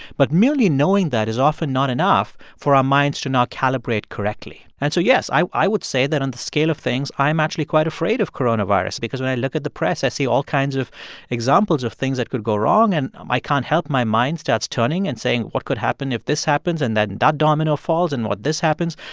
but merely knowing that is often not enough for our minds to not calibrate correctly and so, yes, i i would say that on the scale of things, i am actually quite afraid of coronavirus because when i look at the press, i see all kinds of examples of things that could go wrong. and um i can't help my mind starts turning and saying, what could happen if this happens? and then that domino falls, and what if this happens?